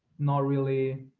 not really,